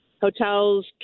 hotels